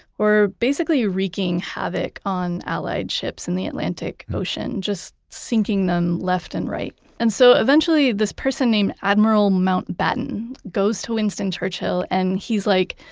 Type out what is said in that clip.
were basically wreaking havoc on allied ships in the atlantic ocean, just sinking them left and right and so eventually this person named admiral mountbatten goes to winston churchill, and he's like,